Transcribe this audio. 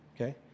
okay